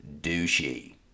douchey